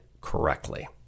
correctly